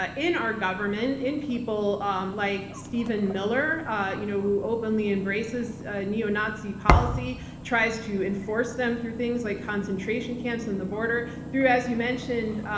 ah in our government, in people um like stephen miller-who ah you know openly embraces neo-nazi policy, tries to enforce them through things like concentration camps in the border-through, as you mentioned,